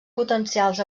potencials